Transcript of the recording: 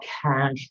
cash